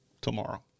tomorrow